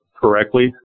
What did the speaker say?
correctly